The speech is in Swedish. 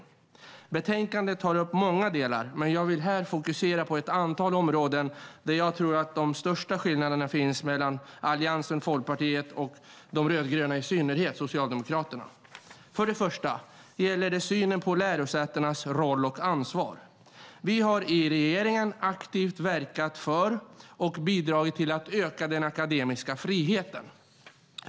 Betänkandet tar upp många delar, men jag vill här fokusera på ett antal områden där jag tror att de största skillnaderna finns mellan Alliansen/Folkpartiet, och de rödgröna, i synnerhet Socialdemokraterna. För det första gäller det synen på lärosätenas roll och ansvar. Vi har i regeringen aktivt verkat för och bidragit till att öka den akademiska friheten.